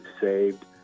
saved